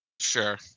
Sure